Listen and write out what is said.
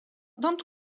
don’t